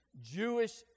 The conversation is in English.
Jewish